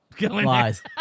Lies